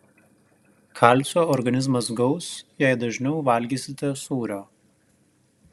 kalcio organizmas gaus jei dažniau valgysite sūrio